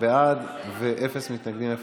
בעד ואפס מתנגדים.